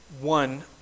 one